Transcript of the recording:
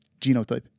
genotype